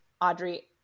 audrey